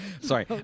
Sorry